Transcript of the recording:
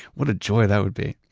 what a joy that would be.